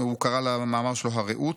הוא קרא למאמר שלו "הרעות".